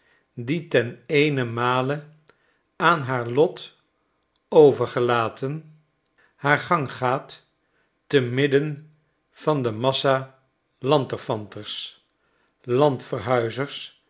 die ten eenenmale aan haar lot overgelaten haar gang gaat te midden van de massa lanterfanters landverhuizers en